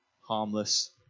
harmless